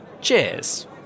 Cheers